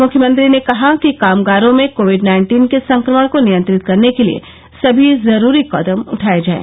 मुख्यमंत्री ने कहा कि कामगारों में कोविड नाइन्टीन के संक्रमण को नियंत्रित करने के लिये समी जरूरी कदम उठाये जायें